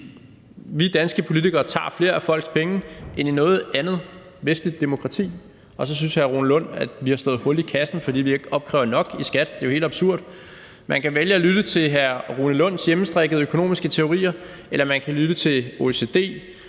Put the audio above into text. Vi danske politikere tager flere af folks penge end i noget andet vestligt demokrati, og så synes hr. Rune Lund, at vi har slået hul i kassen, fordi vi ikke opkræver nok i skat. Det er jo helt absurd. Man kan vælge at lytte til hr. Rune Lunds hjemmestrikkede økonomiske teorier, eller man kan lytte til OECD,